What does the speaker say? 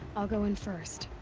i'll go in first.